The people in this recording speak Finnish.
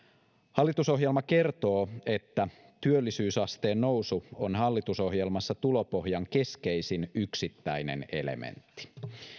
hallitusohjelma kertoo että työllisyysasteen nousu on hallitusohjelmassa tulopohjan keskeisin yksittäinen elementti